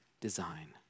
design